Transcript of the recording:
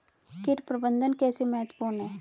कीट प्रबंधन कैसे महत्वपूर्ण है?